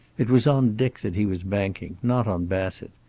it was on dick that he was banking, not on bassett.